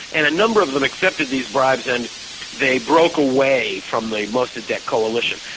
and a number of them accepted these bribes, and they broke away from the mossadeq coalition.